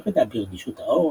ירידה ברגישות העור,